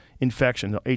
Infection